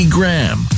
Graham